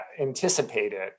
anticipated